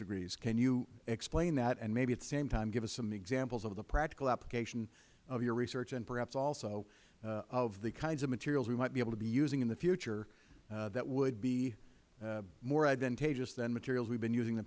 degrees can you explain that and maybe at the same time give us some examples of the practical application of your research and perhaps also of the kinds of materials we might be able to be using in the future that would be more advantageous than materials we have been using